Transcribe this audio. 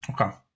Okay